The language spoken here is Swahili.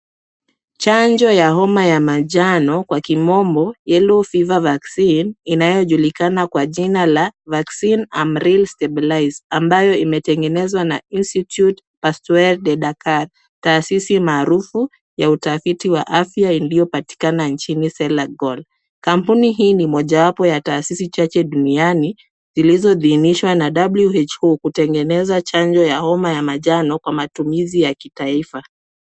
Chanjo ya homa ya manjano, kwa kimombo yellow fever vaccine inayojulikana kwa jina la vaccine Amril stabilize ambayo imetengenezwa na Institute Pasteur Dakar taasisi maarufu ya utafiti wa afya iliyopatikana nchini Senegal. Kampuni hii ni mojawapo ya taasisi chache duniani zilizoidhinishwa na WHO kutengeneza chanjo ya homa ya manjano kwa matumizi ya kitaifa.